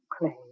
clay